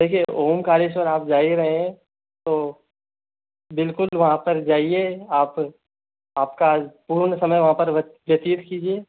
देखिए ओंकारेश्वर आप जा ही रहे हैं तो बिल्कुल वहाँ पर जाइए आप आपका पूर्ण समय वहाँ पर व्यतीत कीजिए